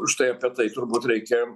štai apie tai turbūt reikia